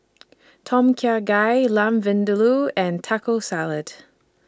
Tom Kha Gai Lamb Vindaloo and Taco Salad